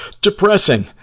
depressing